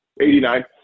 89